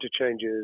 interchanges